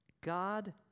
God